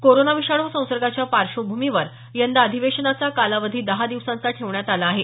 corona विषाणू संसर्गाच्या पार्श्वभूमीवर यंदा अधिवेशनाचा कालावधी दहा दिवसांचा ठेवण्यात आला आहे